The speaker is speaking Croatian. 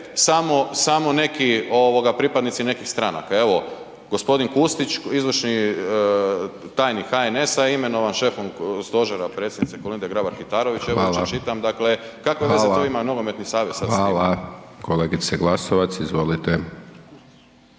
samo neki pripadnici nekih stranaka. Evo g. Kustić, izvršni tajnik HNS-a je imenovan šefom stožera Predsjednice Kolinde Grabar-Kitarović, jučer čitam, dakle kakve veze to ima nogometni savez sad sa njima. **Hajdaš Dončić,